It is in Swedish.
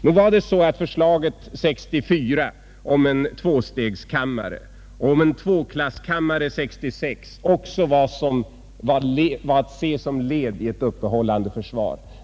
Nog var det sä att förslaget år 1964 om en tvästegskammare och om en tvåklasskammare år 1966 också var led i ett uppehållande försvar.